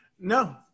No